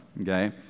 okay